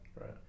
Right